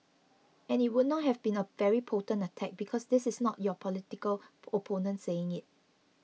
and it would not have been a very potent attack because this is not your political opponent saying it